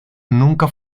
nunca